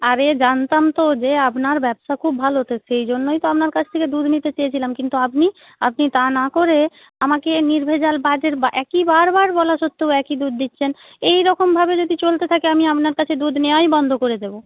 আরে জানতাম তো যে আপনার ব্যবসা খুব ভালো তা সেই জন্যেই তো আপনার কাছ থেকে দুধ নিতে চেয়েছিলাম কিন্তু আপনি আপনি তা না করে আমাকে নির্ভেজাল একই বারবার বলা সত্ত্বেও একই দুধ দিচ্ছেন এই রকমভাবে যদি চলতে থাকে আমি আপনার কাছে দুধ নেওয়াই বন্ধ করে দেবো